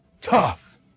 tough